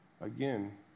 Again